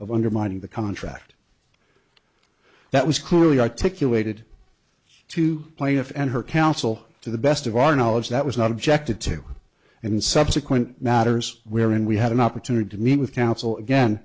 of undermining the contract that was clearly articulated to plaintiff and her counsel to the best of our knowledge that was not objected to in subsequent matters where and we had an opportunity to meet with counsel again